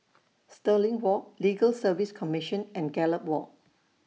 Stirling Walk Legal Service Commission and Gallop Walk